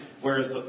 whereas